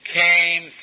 came